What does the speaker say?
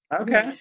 Okay